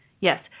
Yes